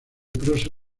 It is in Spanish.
prosa